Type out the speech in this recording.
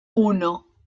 uno